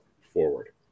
forward